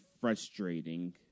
frustrating